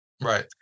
Right